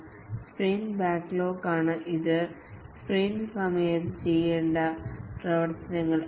അതുപോലെ സ്പ്രിന്റ് ബക്കലോഗാണ് ഇതാണ് സ്പ്രിന്റ് സമയത്ത് ചെയ്യേണ്ട പ്രവർത്തനങ്ങൾ